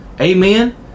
Amen